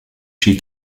she